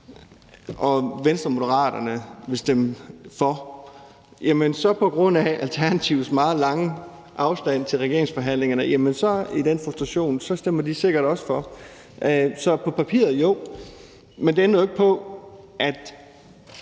og Venstre og Moderaterne vil stemme for, jamen så stemmer Alternativet på grund af deres meget lange afstand til regeringsforhandlingerne og den frustration sikkert også for. Så på papiret: Jo. Men det ændrer jo ikke på, at